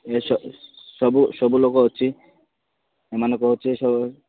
S ସବୁ ସବୁ ଲୋକ ଅଛି ଏମାନେ କହୁଛି ସବୁ